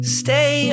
stay